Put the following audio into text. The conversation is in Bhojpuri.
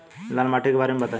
लाल माटी के बारे में बताई